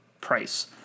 price